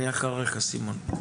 אני אחריך סימון.